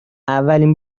اولین